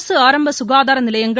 அரசு ஆரம்ப சுகாதார நிலையங்கள்